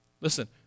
Listen